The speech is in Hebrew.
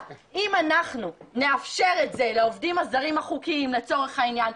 אם אנחנו נאפשר את זה לעובדים הזרים החוקיים לצורך העניין,